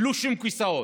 בלי שום כיסאות,